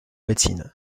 médecine